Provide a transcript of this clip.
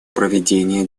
проведении